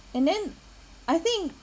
and then I think